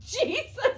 Jesus